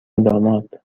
داماد